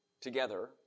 together